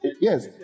Yes